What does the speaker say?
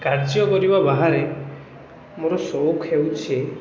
କାର୍ଯ୍ୟ କରିବା ବାହାରେ ମୋର ସୌଖ ହେଉଛି